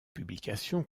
publications